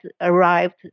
arrived